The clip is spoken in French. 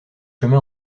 chemin